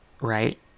right